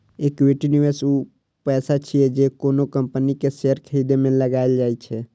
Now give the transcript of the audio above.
equity निवेश ऊ पैसा छियै, जे कोनो कंपनी के शेयर खरीदे मे लगाएल जाइ छै